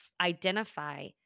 identify